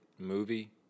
movie